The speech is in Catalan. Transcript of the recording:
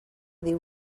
diu